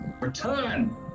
return